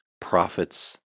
Prophets